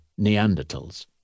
Neanderthals